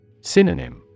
Synonym